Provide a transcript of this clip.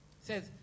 says